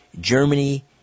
Germany